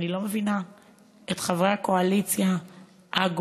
אני לא מבינה את חברי הקואליציה ההגונים.